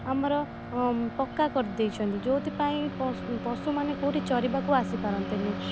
ଆମର ପକ୍କା କରିଦେଇଛନ୍ତି ଯେଉଁଥିପାଇଁ ପଶୁମାନେ କୋଉଠି ଚରିବାକୁ ଆସି ପାରନ୍ତିନି